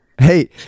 Hey